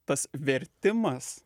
tas vertimas